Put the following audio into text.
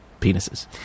penises